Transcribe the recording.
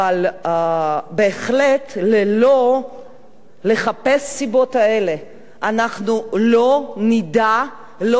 בלי לחפש את הסיבות האלה אנחנו לא נדע לא